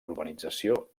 urbanització